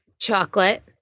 chocolate